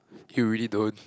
you really don't